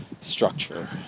structure